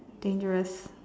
dangerous